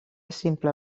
simple